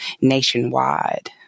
nationwide